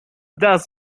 thus